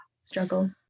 struggle